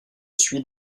suis